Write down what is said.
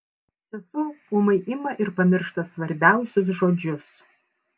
sesuo ūmai ima ir pamiršta svarbiausius žodžius